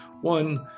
one